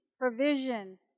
provision